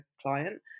client